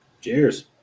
Cheers